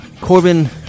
Corbin